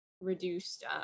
reduced